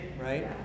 right